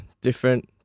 different